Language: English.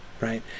right